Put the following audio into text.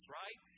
right